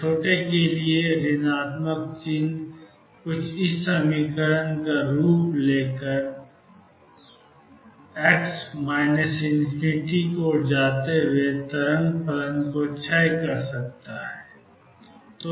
x0 के लिए ऋणात्मक चिह्न पर e2m2V0 Ex पर धन चिह्न चुनकर मैं x ∞ की ओर जाते हुए तरंग फलन को क्षय कर सकता हूं